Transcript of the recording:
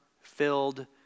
filled